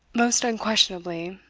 most unquestionably,